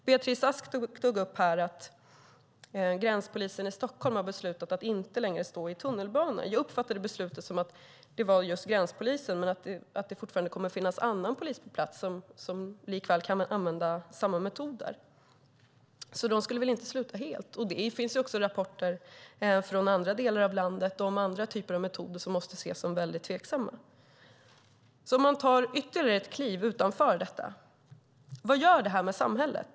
Beatrice Ask tog upp att gränspolisen i Stockholm har beslutat att inte längre stå i tunnelbanan. Jag uppfattade det beslutet som att det var just gränspolisen men att det fortfarande kommer att finnas annan polis på plats som kan använda samma metoder. De skulle väl inte sluta helt. Det finns också rapporter från andra delar av landet om andra typer av metoder som måste ses som väldigt tveksamma. Om man tar ytterligare ett kliv utanför detta kan man fråga sig vad detta gör med samhället.